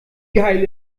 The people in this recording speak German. geil